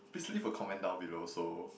please leave a comment down below so